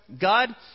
God